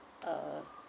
uh